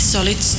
Solid